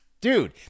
Dude